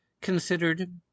considered